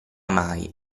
mai